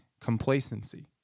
complacency